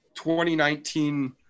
2019